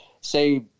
say